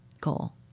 goal